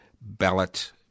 ballot